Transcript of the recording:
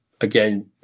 again